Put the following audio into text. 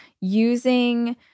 Using